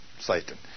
Satan